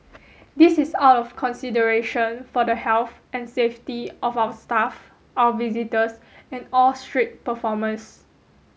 this is out of consideration for the health and safety of our staff our visitors and all street performers